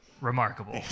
remarkable